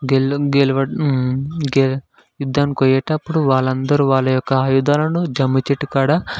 గెల గెలవ గె యుద్ధానికి పోయేటప్పుడు వాళ్ళందరూ వాళ్ళ యొక్క ఆయుధాలను జమ్మిచెట్టు కాడ